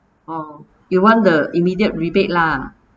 or you want the immediate rebate lah